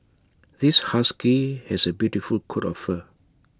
this husky has A beautiful coat of fur